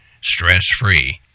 stress-free